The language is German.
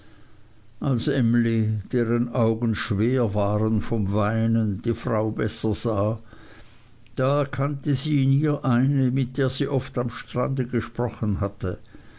als emly deren augen schwer waren vom weinen die frau besser sah da erkannte sie in ihr eine mit der sie oft am strande gesprochen hatte